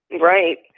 Right